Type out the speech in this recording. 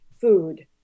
food